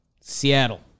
Seattle